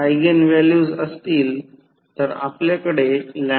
तर हे प्रत्यक्षात प्रतिकार 2 0